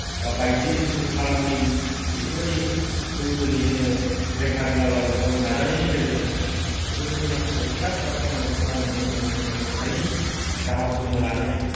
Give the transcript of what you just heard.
बा बायदि रोखोमनि फालांगिरि बेफोरबादिथ' दिनै जोङो लेखा रोङाब्लाबो गावनि नाजानायनि गेजेरजों बेफोरबादि माखासे फिसा फिसा खामानिफोरखौ मावनानै जोङो थांनानै थानायनि राहाखौ जोङो लानो हायो